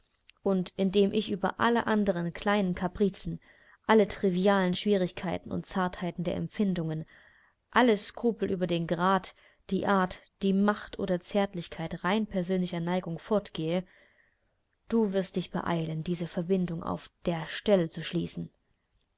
und indem ich über alle anderen kleinen kapricen alle trivialen schwierigkeiten und zartheiten der empfindungen alle skrupel über den grad die art die macht der zärtlichkeit rein persönlicher neigung fortgehe du wirst dich beeilen diese verbindung auf der stelle zu schließen